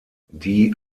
die